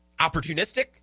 opportunistic